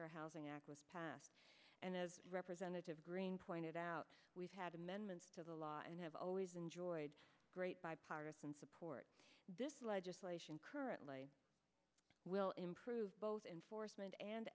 housing act was passed and representative green pointed out out we've had amendments to the law and have always enjoyed great bipartisan support this legislation currently will improve both enforcement and